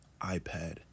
iPad